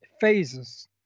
phases